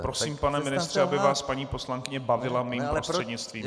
Prosím, pane ministře, aby vás paní poslankyně bavila mým prostřednictvím.